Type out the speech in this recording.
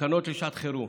התקנות לשעת חירום.